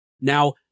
now